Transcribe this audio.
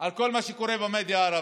על כל מה שקורה במדיה הערבית.